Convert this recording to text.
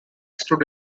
stood